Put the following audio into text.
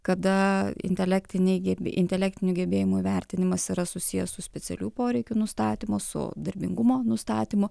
kada intelektiniai gebi intelektinių gebėjimų įvertinimas yra susijęs su specialiųjų poreikių nustatymu su darbingumo nustatymu